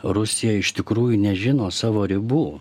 rusija iš tikrųjų nežino savo ribų